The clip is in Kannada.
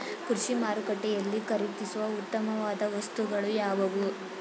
ಕೃಷಿ ಮಾರುಕಟ್ಟೆಯಲ್ಲಿ ಖರೀದಿಸುವ ಉತ್ತಮವಾದ ವಸ್ತುಗಳು ಯಾವುವು?